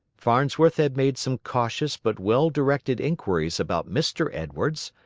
farnsworth had made some cautious but well-directed inquiries about mr. edwards,